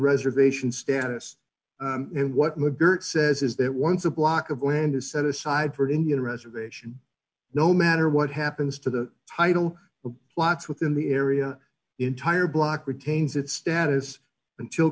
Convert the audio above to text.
reservation status and what mcguirk says is that once a block of land is set aside for indian reservation no matter what happens to the title of plots within the area entire block retains its status until